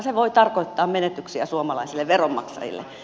se voi tarkoittaa menetyksiä suomalaisille veronmaksajille